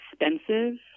expensive